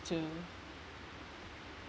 true